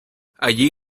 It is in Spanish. allí